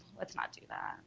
let's not do that.